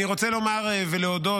אני רוצה לומר ולהודות,